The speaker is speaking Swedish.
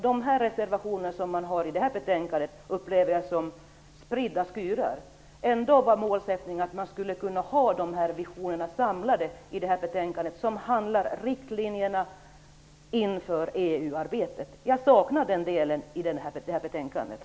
De reservationer som fogats till detta betänkande upplever jag som spridda skurar. Målsättningen var ju ändå att man skulle samla de visionerna i detta betänkande som handlar om riktlinjer inför EU-arbetet. Den delen saknar jag.